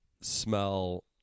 smell